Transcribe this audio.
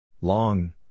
Long